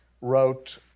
wrote